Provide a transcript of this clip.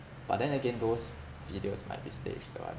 but then again those videos might be staged so I